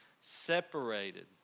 Separated